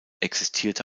existierte